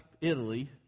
Italy